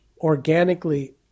organically